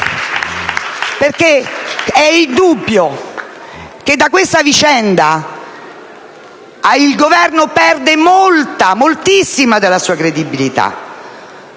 È indubbio che da questa vicenda il Governo perde moltissima della sua credibilità,